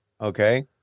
Okay